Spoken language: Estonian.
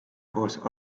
koos